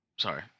sorry